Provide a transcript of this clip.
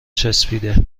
چسبیده